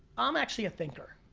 i'm actually a thinker.